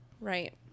Right